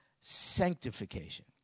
sanctification